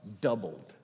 doubled